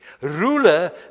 Ruler